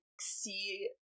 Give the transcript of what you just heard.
see